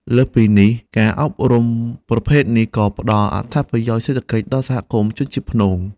លើសពីនេះ ការអប់រំប្រភេទនេះក៏ផ្តល់អត្ថប្រយោជន៍សេដ្ឋកិច្ចដល់សហគមន៍ជនជាតិព្នង។